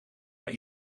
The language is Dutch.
naar